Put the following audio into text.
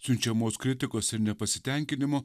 siunčiamos kritikos ir nepasitenkinimo